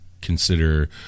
consider